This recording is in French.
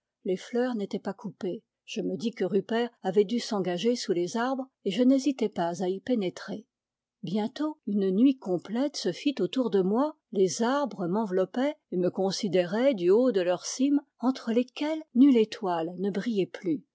les fleurs n'étaient pas coupées je me dis que rupert avait dû s'engager sous les arbres et je n'hésitai pas à y pénétrer bientôt une nuit complète se fit autour de moi les arbres m'enveloppaient et me considéraient du haut de leurs cimes entre lesquelles nulle étoile ne brillait plus